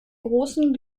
großen